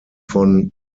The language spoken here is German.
von